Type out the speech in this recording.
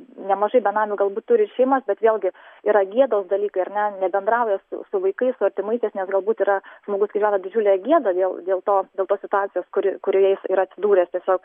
nemažai benamių galbūt turi ir šeimas bet vėlgi yra gėdos dalykai ar ne nebendrauja su su vaikais su artimaisiais nes galbūt yra žmogus išgyvena didžiulę gėdą dėl dėl to dėl to situacijos kuri kurioje jis yra atsidūręs tiesiog